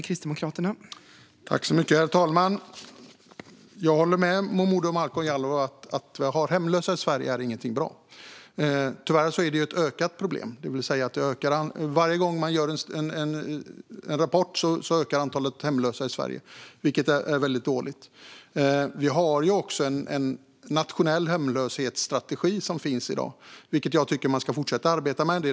Herr talman! Jag håller med Malcolm Momodou Jallow om att det inte är bra att vi har hemlösa i Sverige. Tyvärr är det ett växande problem. I varje ny rapport kan man läsa att antalet hemlösa i Sverige ökar, vilket är väldigt dåligt. Det finns också en nationell hemlöshetsstrategi i dag, vilken jag tycker att man ska fortsätta arbeta med.